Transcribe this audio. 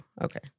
Okay